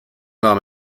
nahm